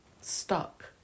stuck